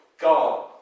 go